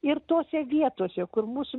ir tose vietose kur mūsų